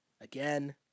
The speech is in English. Again